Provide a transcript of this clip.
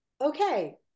okay